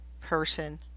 person